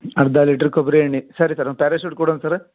ಅರ್ಧ ಲೀಟ್ರ್ ಕೊಬ್ಬರಿ ಎಣ್ಣೆ ಸರಿ ಸರ್ ಒಂದು ಪ್ಯಾರಾಶೂಟ್ ಕೊಡೂಣ್ ಸರ